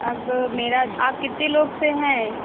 अब मेरा आप कितने लोग से हैं